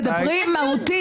תדברי מהותית.